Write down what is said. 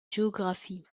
géographie